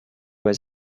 was